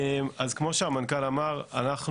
כמו שהמנכ"ל אמר,